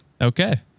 Okay